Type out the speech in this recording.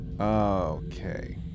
Okay